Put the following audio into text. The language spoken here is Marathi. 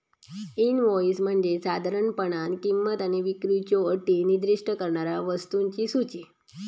इनव्हॉइस म्हणजे साधारणपणान किंमत आणि विक्रीच्यो अटी निर्दिष्ट करणारा वस्तूंची सूची